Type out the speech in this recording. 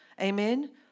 Amen